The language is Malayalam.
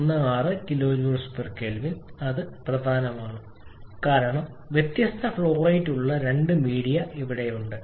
16𝑘𝐽𝑘𝑔 അത് പ്രധാനമാണ് കാരണം വ്യത്യസ്ത ഫ്ലോ റേറ്റുകളുള്ള രണ്ട് മീഡിയ ഇവിടെയുണ്ട്